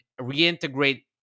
reintegrate